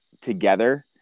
together